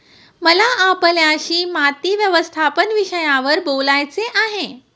मला आपल्याशी माती व्यवस्थापन विषयावर बोलायचे आहे